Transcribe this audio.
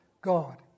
God